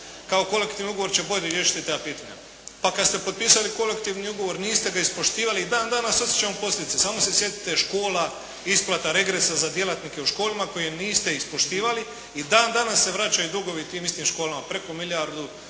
pa kolektivni ugovor će bolje riješiti ta pitanja. Pa kada ste potpisali kolektivni ugovor niste ga ispoštivali i dan danas osjećamo posljedice, samo se sjetite škola, isplata regresa za djelatnike u školama koje niste ispoštivali i dan danas se vraćaju dugovi tim istim školama preko milijardu